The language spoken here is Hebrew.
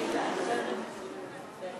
הכנסת נסים זאב